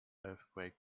earthquake